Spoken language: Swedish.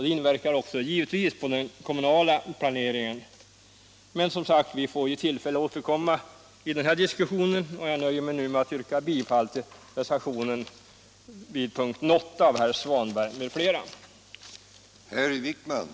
Det inverkar också givetvis på den kommunala planeringen. Men vi får som sagt tillfälle att återkomma till de här frågorna.